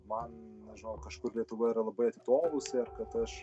man nežinau kažkur lietuva yra labai atitolusi ar kad aš